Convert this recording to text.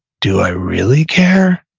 do i really care?